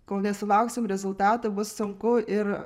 kol nesulauksim rezultatų bus sunku ir